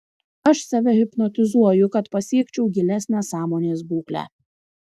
aš save hipnotizuoju kad pasiekčiau gilesnę sąmonės būklę